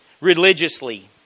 religiously